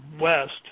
west